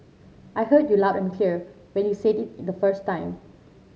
I heard you loud and clear when you said it in the first time